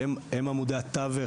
והם עמודי התווך.